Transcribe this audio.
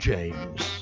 James